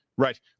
Right